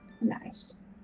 Nice